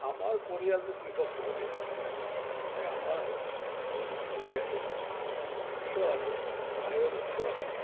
আমাৰ পৰিয়ালটো কৃষক পৰিয়াল মানে আমাৰ হেৰি আছিল উৎস আছিল আয়ৰ উৎস আছিল